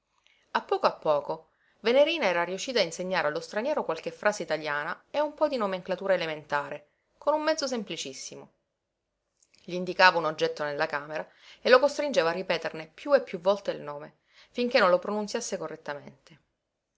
a poco a poco venerina era riuscita a insegnare allo straniero qualche frase italiana e un po di nomenclatura elementare con un mezzo semplicissimo gl'indicava un oggetto nella camera e lo costringeva a ripeterne piú e piú volte il nome finché non lo pronunziasse correttamente